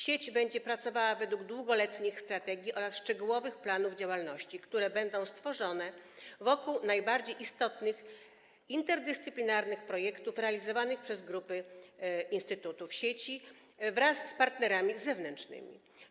Sieć będzie pracowała według długoletnich strategii oraz szczegółowych planów działalności, które będą stworzone wokół najbardziej istotnych interdyscyplinarnych projektów, realizowanych przez grupy instytutów sieci wraz z partnerami zewnętrznymi.